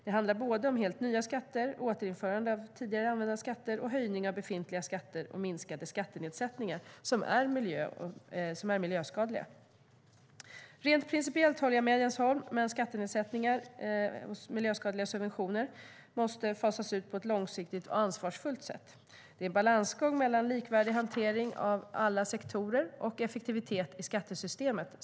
Det handlar om helt nya skatter, återinförande av tidigare använda skatter och höjning av befintliga skatter och minskade skattenedsättningar som är miljöskadliga. Rent principiellt håller jag med Jens Holm, men skattenedsättningar, miljöskadliga subventioner, måste fasas ut på ett långsiktigt och ansvarsfullt sätt. Det är en balansgång mellan likvärdig hantering av alla sektorer och effektivitet i skattesystemet.